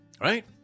Right